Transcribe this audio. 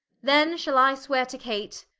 then shall i sweare to kate,